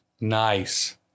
Nice